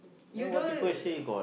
you don't uh